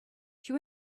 she